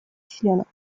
членов